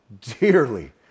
dearly